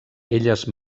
elles